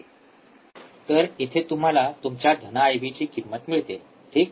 तर इथे तुम्हाला तुमच्या धन आयबीची I किंमत मिळते ठीक